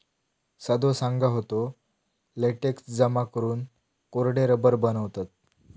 सदो सांगा होतो, लेटेक्स जमा करून कोरडे रबर बनवतत